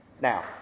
Now